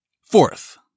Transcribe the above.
Fourth